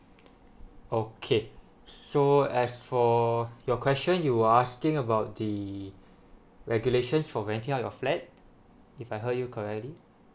okay so as for your question you're asking about the regulations for renting out your flat if I heard you correctly